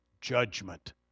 judgment